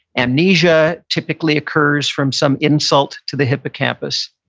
amnesia typically occurs from some insult to the hippocampus.